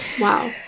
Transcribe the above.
Wow